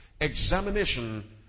examination